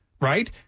right